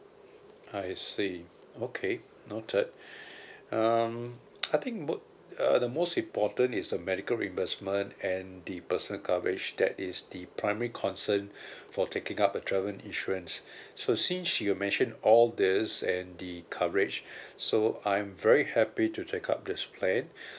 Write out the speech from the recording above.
I see okay noted um I think most uh the most important is the medical reimbursement and the personal coverage that is the primary concern for taking up a travel insurance so since you mention all these and the coverage so I'm very happy to take up this plan